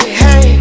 hey